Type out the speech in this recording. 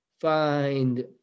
find